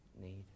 need